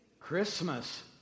Christmas